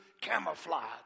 camouflage